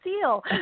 deal